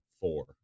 four